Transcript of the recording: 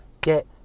get